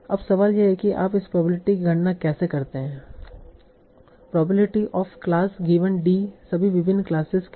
अब सवाल यह है कि आप इस प्रोबेबिलिटी की गणना कैसे करते हैं probability of class given d सभी विभिन्न क्लासेस के लिए